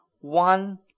one